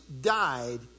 died